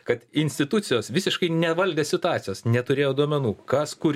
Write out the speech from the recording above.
kad institucijos visiškai nevaldė situacijos neturėjo duomenų kas kur